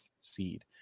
seed